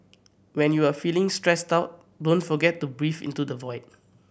when you are feeling stressed out don't forget to breathe into the void